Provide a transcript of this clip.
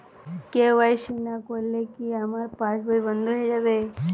KYC না করলে কি আমার পাশ বই বন্ধ হয়ে যাবে?